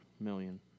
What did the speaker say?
million